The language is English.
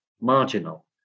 marginal